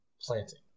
planting